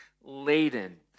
laden